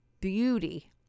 beauty